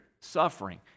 suffering